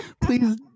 please